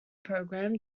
program